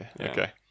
Okay